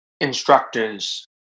instructors